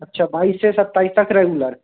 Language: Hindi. अच्छा बाईस से सत्ताईस तक रेगुलर